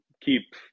keep